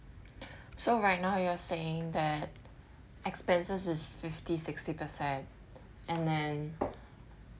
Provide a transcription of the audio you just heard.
so right now you are saying that expenses is fifty sixty percent and then